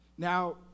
Now